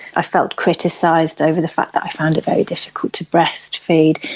i felt criticised over the fact that i found it very difficult to breastfeed.